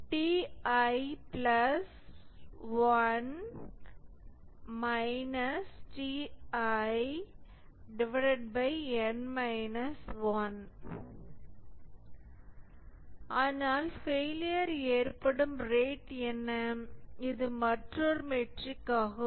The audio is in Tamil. MTTF Σti1 ti ஆனால் ஃபெயிலியர் ஏற்படும் ரேட் என்ன இது மற்றொரு மெட்ரிக் ஆகும்